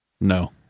No